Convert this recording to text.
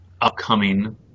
upcoming